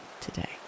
today